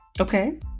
Okay